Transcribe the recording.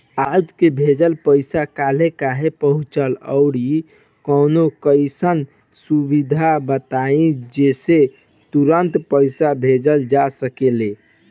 आज के भेजल पैसा कालहे काहे पहुचेला और कौनों अइसन सुविधा बताई जेसे तुरंते पैसा भेजल जा सके?